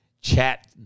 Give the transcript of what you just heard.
Chat